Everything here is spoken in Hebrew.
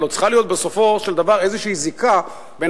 הלוא צריכה להיות בסופו של דבר איזו זיקה בין